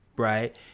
right